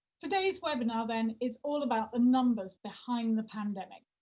today's webinar then, it's all about the numbers behind the pandemic,